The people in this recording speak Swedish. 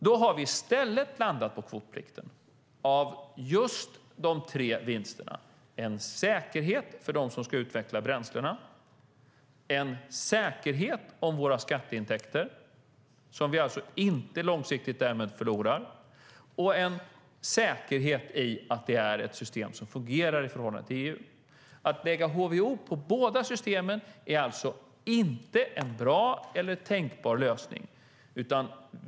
Vi har i stället landat på kvotplikten på grund av just dessa tre vinster: en säkerhet för dem som ska utveckla bränslena, en säkerhet om våra skatteintäkter, som vi alltså inte långsiktigt därmed förlorar, och en säkerhet i att det är ett system som fungerar i förhållande till EU. Att lägga HVO på båda systemen är alltså inte en bra eller tänkbar lösning.